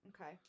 okay